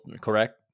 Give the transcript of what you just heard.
correct